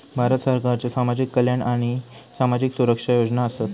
भारत सरकारच्यो सामाजिक कल्याण आणि सामाजिक सुरक्षा योजना आसत